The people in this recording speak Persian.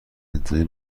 انتظامی